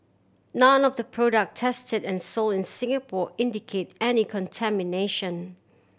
none of the product tested and sold in Singapore indicate any contamination